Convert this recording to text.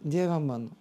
dieve mano